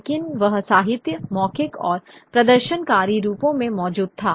लेकिन वह साहित्य मौखिक और प्रदर्शनकारी रूपों में मौजूद था